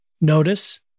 Notice